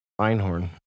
Einhorn